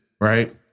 right